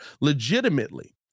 Legitimately